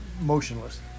motionless